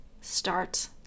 start